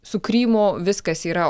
su krymu viskas yra